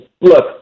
Look